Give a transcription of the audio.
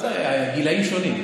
גילים שונים.